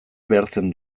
behartzen